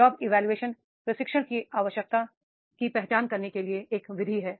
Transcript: job evolution प्रशिक्षण की आवश्यकता की पहचान करने के लिए एक विधि है